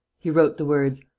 he wrote the words,